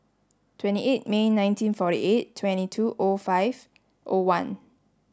twenty eight May nineteen forty eight twenty two O five O one